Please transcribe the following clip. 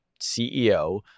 CEO